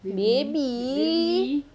baby